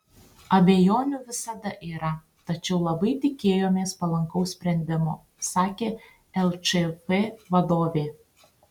abejonių visada yra tačiau labai tikėjomės palankaus sprendimo sakė lčf vadovė